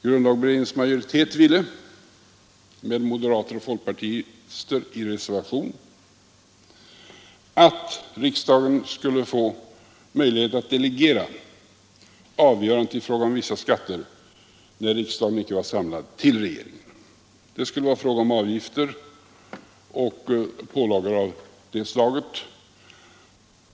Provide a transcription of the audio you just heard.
Grundlagberedningens majoritet ville — med moderater och folkpartister som reservanter att riksdagen skulle få möjlighet att delegera avgörandet i fråga om vissa skatter, när riksdagen icke var samlad, till regeringen. Det skulle vara fråga om avgifter och dylika pålagor.